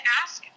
ask